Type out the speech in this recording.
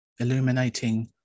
illuminating